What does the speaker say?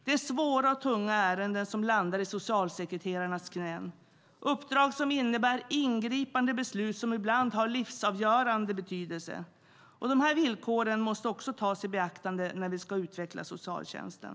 Det är svåra och tunga ärenden som landar i socialsekreterarnas knän. Det handlar om uppdrag som innebär ingripande beslut som ibland har livsavgörande betydelse. Dessa villkor måste också tas i beaktande när vi ska utveckla socialtjänsten.